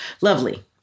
Lovely